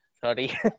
sorry